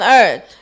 earth